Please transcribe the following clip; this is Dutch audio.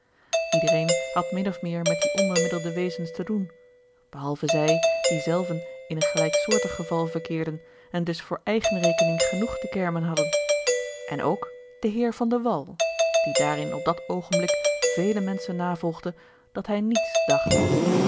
iedereen had min of meer met die onbemiddelde wezens te doen behalve zij die zelven in een gelijksoortig geval verkeerden en dus voor eigen rekening genoeg te kermen hadden en ook de heer van de wall die daarin op dat oogenblik vele menschen navolgde dat hij niets dacht